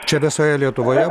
čia visoje lietuvoje